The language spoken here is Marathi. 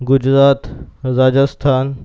गुजरात राजस्थान